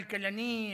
כלכלנים,